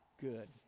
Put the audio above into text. good